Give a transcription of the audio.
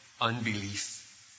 unbelief